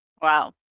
Wow